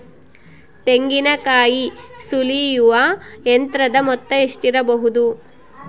ತೆಂಗಿನಕಾಯಿ ಸುಲಿಯುವ ಯಂತ್ರದ ಮೊತ್ತ ಎಷ್ಟಿರಬಹುದು?